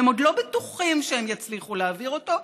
והם עוד לא בטוחים שהם יצליחו להעביר אותו,